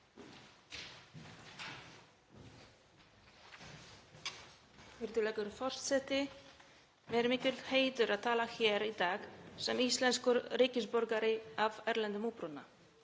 Virðulegur forseti. Mér er mikill heiður að tala hér í dag sem íslenskur ríkisborgari af erlendum uppruna.